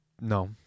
No